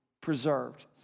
preserved